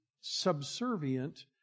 subservient